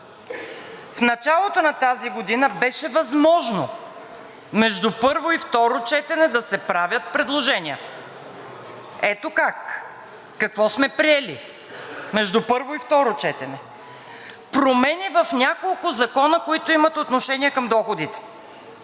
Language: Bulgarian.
В началото на тази година беше възможно между първо и второ четене да се правят предложения. Ето как, какво сме приели между първо и второ четене? Промени в няколко закона, които имат отношение към доходите.